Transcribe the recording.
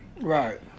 Right